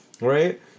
right